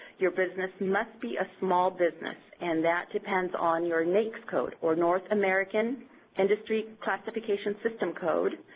your business must be a small business, and that depends on your naics code, or north american industry classification system code,